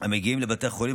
המגיעים לבתי החולים,